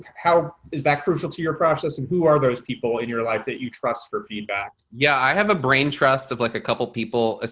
how is that crucial to your process? and who are those people in your life that you trust for feedback? yeah. i have a brain trust of like a couple people. ah